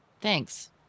thanks